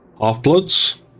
Half-Bloods